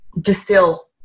distill